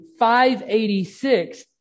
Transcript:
586